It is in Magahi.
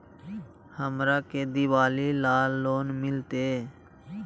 हमरा के दिवाली ला लोन मिलते?